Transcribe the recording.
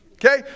Okay